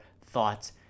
thoughts